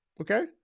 okay